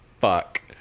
fuck